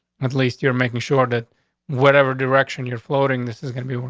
at least you're making sure that whatever direction you're floating, this is gonna be one.